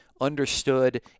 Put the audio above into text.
understood